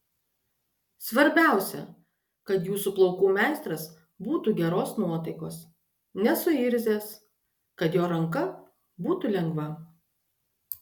svarbiausia kad jūsų plaukų meistras būtų geros nuotaikos nesuirzęs kad jo ranka būtų lengva